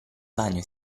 bagno